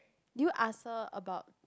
do you ask her about